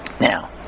now